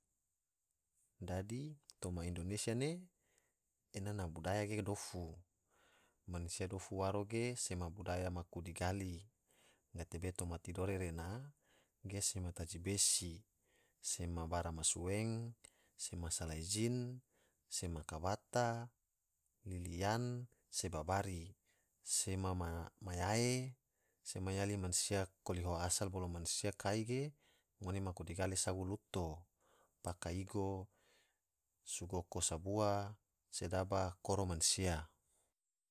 Dadi toma indonesia ne ena na budaya ge dofu, mansia dofu waro ge se budaya maku digali, gatebe toma tidore rena ge sema taji besi, sema baramasueng, sema salai jin, sema kabata, liliyan, se babari, sema mayae, sema yali mansia koliho asal bolo mansia kai ge ngone maku digali sago luto, paka igo, sogoko sabua, sedaba koro mansia.